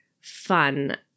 fun